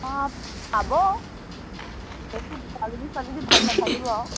অঁ পাব কোৱালটী ছোৱালীটি ভাল নাথাকিব আৰু